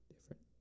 different